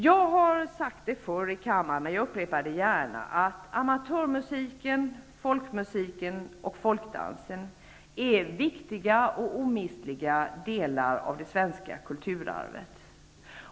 Jag har sagt det förr i kammaren, och jag upprepar det gärna: Amatörmusiken, folkmusiken och folkdansen är viktiga och omistliga delar av det svenska kulturarvet.